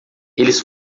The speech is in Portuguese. eles